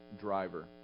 driver